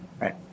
Right